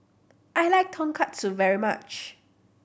I like Tonkatsu very much